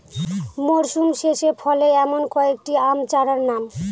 মরশুম শেষে ফলে এমন কয়েক টি আম চারার নাম?